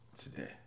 today